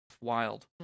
Wild